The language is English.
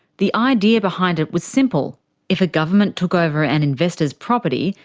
the idea behind it was simple if a government took over an investor's property,